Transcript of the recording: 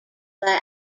their